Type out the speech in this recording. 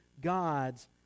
gods